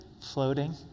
floating